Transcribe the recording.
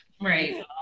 right